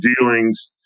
dealings